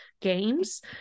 games